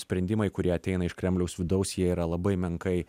sprendimai kurie ateina iš kremliaus vidaus jie yra labai menkai